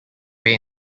way